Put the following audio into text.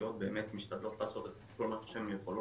הרשויות משתדלות לעשות כל מה שהן יכולות